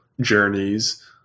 journeys